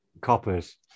coppers